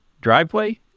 driveway